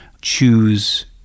choose